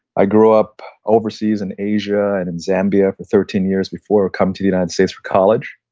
i grew up overseas in asia and in zambia for thirteen years before coming to the united states for college.